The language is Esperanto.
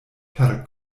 per